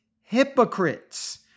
hypocrites